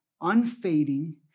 unfading